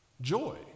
joy